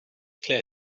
clear